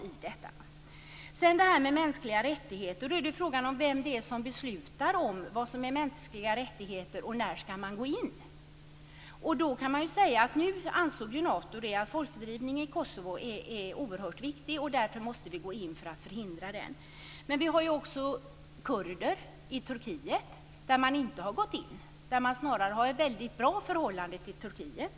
När det gäller de mänskliga rättigheterna är frågan vem som beslutar om vad som är mänskliga rättigheter och om när man skall gå in. Nato har ansett att frågan om folkfördrivningen i Kosovo är oerhört viktig och att vi måste gå in för att förhindra den. Men vi har ju också kurderna i Turkiet där man inte har gått in. Snarare har man ett väldigt bra förhållande till Turkiet.